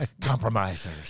Compromisers